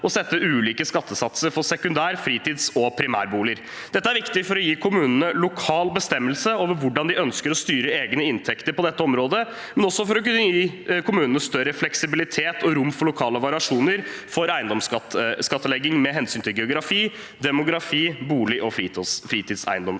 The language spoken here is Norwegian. å sette ulike skattesatser for sekundær-, fritids- og primærboliger. Dette er viktig for å gi kommunene lokal bestemmelse over hvordan de ønsker å styre egne inntekter på dette området, men også for å kunne gi kommunene større fleksibilitet og rom for lokale variasjoner for eiendomsskattlegging med hensyn til geografi, demografi og bolig- og fritidseiendomsstruktur.